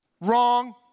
Wrong